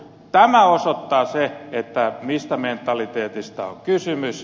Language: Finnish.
tämä osoittaa sen mistä mentaliteetista on kysymys